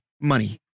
money